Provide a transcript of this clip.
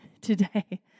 today